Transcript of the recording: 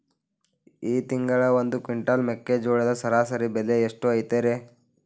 ಈ ತಿಂಗಳ ಒಂದು ಕ್ವಿಂಟಾಲ್ ಮೆಕ್ಕೆಜೋಳದ ಸರಾಸರಿ ಬೆಲೆ ಎಷ್ಟು ಐತರೇ?